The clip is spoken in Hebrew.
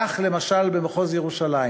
כך, למשל, במחוז ירושלים